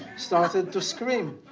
started to scream,